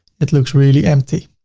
it looks really empty.